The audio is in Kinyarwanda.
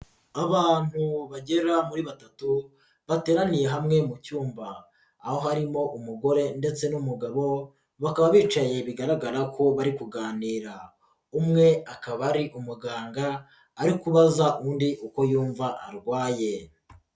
Abantu bagera muri batatu bateraniye hamwe mu cyumba aho harimo umugore ndetse n'umugabo bakaba bicaye bigaragara ko bari kuganira, umwe akaba ari umuganga ari kubaza undi uko yumva arwaye.